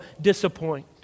disappoint